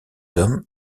hommes